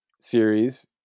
series